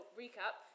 recap